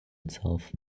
itself